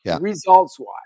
results-wise